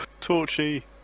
Torchy